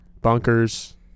bunkers